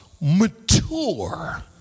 mature